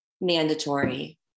mandatory